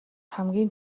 хамгийн